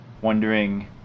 wondering